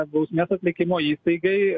bausmės atlikimo įstaigai